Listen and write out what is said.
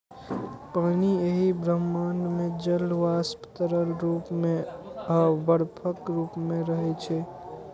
पानि एहि ब्रह्मांड मे जल वाष्प, तरल रूप मे आ बर्फक रूप मे रहै छै